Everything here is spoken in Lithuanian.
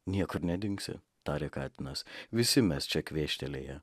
niekur nedingsi tarė katinas visi mes čia kvėštelėję